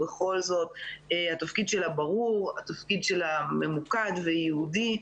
בכל זאת התפקיד שלה ברור וממוקד וייעודי.